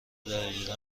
دقیقه